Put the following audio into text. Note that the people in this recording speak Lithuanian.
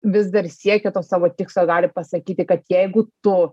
vis dar siekia to savo tikslo noriu pasakyti kad jeigu tu